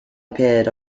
appeared